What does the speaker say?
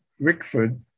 Rickford